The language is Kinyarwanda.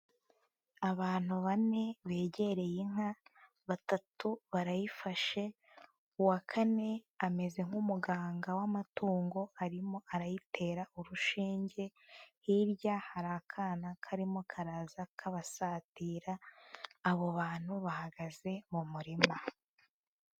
Abantu bane begereye inka, batatu barayifashe uwa kane ameze nk'umuganga w'amatungo arimo arayitera urushinge, hirya hari akana karimo karaza kabasatira, abo bantu bahagaze mu murima.